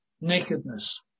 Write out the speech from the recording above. nakedness